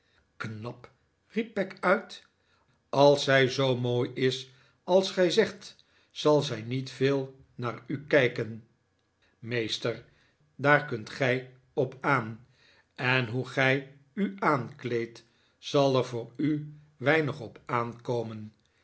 riep peg uit als zij zoo mooi is als gij zegt zal zij niet veel naar u kijken meester daar kunt gij op aan en hoe gij u aankleedt zal er voor u weinig op aankomen